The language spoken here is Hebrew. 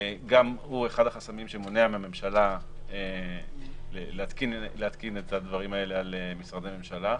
גם הוא אחד החסמים שמונע מהממשלה להתקין את הדברים האלה על משרדי ממשלה.